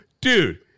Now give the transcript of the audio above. Dude